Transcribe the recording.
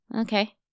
Okay